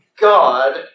God